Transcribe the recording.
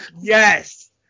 Yes